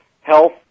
health